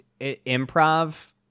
improv